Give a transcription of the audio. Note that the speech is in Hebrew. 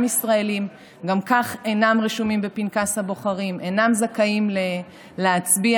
ישראלים וגם כך אינם רשומים בפנקס הבוחרים ואינם זכאים להצביע,